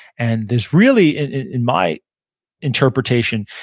and this really, in my interpretation,